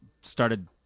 started